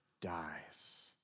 dies